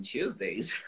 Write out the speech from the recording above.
Tuesdays